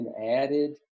added